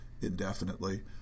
indefinitely